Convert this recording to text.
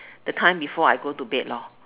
the time before I go to bed lor